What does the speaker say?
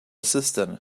cistern